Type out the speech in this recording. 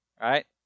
right